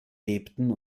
lebten